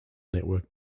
network